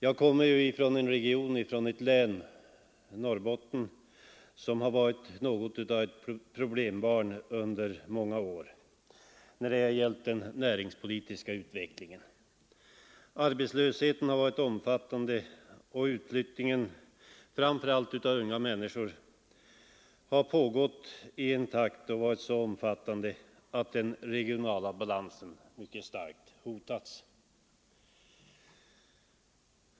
Jag kommer från ett län, Norrbotten, som under många år har varit något av ett problembarn när det gällt den näringspolitiska utvecklingen. Arbetslösheten har varit omfattande och utflyttningen, framför allt av unga människor, har pågått i en takt som varit så hög att den regionala balansen starkt har hotats.